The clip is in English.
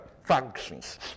functions